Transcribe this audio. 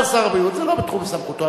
אומר שר הבריאות: זה לא בתחום סמכותו.